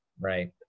Right